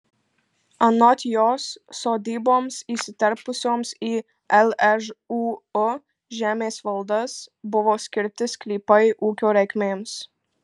anot jos sodyboms įsiterpusioms į lžūu žemės valdas buvo skirti sklypai ūkio reikmėms